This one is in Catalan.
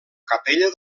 capella